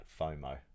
FOMO